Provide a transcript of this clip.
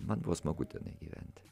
mat buvo smagu tenai gyventi